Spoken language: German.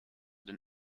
den